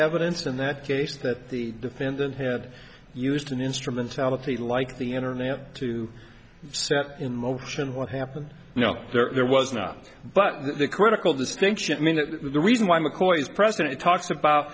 evidence in that case that the defendant had used in instrumentality like the internet to set in motion what happened you know there was not but the critical distinction i mean the reason why mccoy is president it talks about